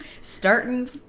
starting